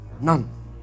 None